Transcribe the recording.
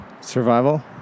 Survival